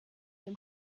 dem